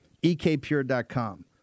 ekpure.com